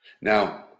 Now